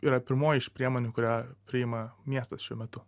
yra pirmoji iš priemonių kurią priima miestas šiuo metu